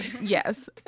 Yes